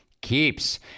keeps